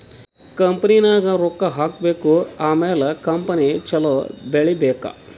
ಕಂಪನಿನಾಗ್ ರೊಕ್ಕಾ ಹಾಕಬೇಕ್ ಆಮ್ಯಾಲ ಕಂಪನಿ ಛಲೋ ಬೆಳೀಬೇಕ್